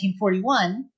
1941